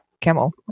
camel